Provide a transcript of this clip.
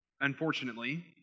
unfortunately